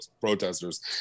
Protesters